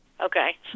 Okay